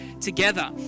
together